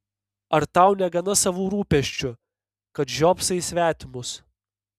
ar tau negana savų rūpesčių kad žiopsai į svetimus